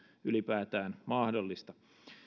ylipäätään mahdollista